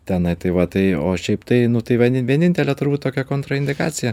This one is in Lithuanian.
tenai tai va tai o šiaip tai nu tai va vienintelė turbūt tokia kontraindikacija